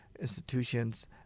institutions